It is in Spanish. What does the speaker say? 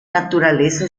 naturaleza